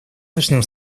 важным